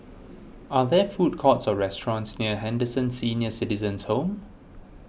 are there food courts or restaurants near Henderson Senior Citizens' Home